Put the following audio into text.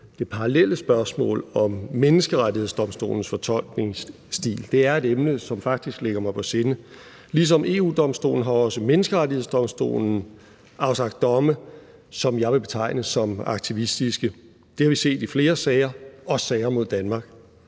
det parallelle spørgsmål om Menneskerettighedsdomstolens fortolkningsstil. Det er et emne, som faktisk ligger mig på sinde. Ligesom EU-Domstolen har også Menneskerettighedsdomstolen afsagt domme, som jeg vil betegne som aktivistiske. Det har vi set i flere sager, også i sager mod Danmark.